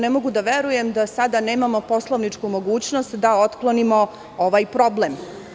Ne mogu da verujem da sada nemamo poslovničku mogućnost da otklonimo ovaj problem.